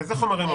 איזה חומרים?